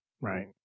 Right